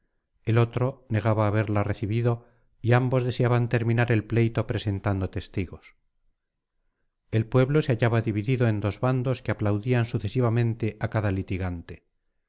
el otro negaba haberla recibido y ambos deseaban terminar el pleito presentando testigos el pueblo se hallaba dividido en dos bandos que aplaudían sucesivamente á cada litigante